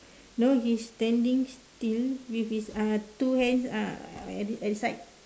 no he's standing still with his uh two hands ah at at the side